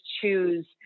choose